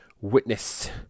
Witness